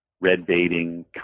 red-baiting